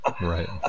Right